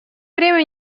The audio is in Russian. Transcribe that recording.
время